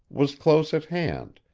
was close at hand,